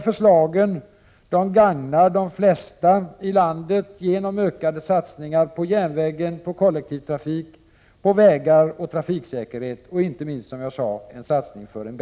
Förslagen gagnar de flesta genom en ökning av satsningarna på järnvägen och kollektivtrafiken, på vägarna och trafiksäkerheten och, som sagt, inte minst på en förbättring av miljön.